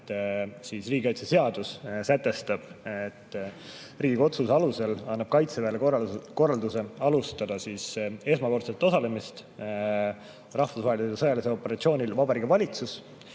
riigikaitseseadus sätestab, et Riigikogu otsuse alusel annab Kaitseväele korralduse alustada esmakordset osalemist rahvusvahelisel sõjalisel operatsioonil Vabariigi Valitsus,